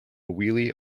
wheelie